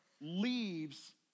leaves